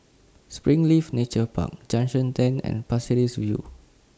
Springleaf Nature Park Junction ten and Pasir Ris View